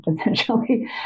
essentially